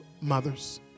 mothers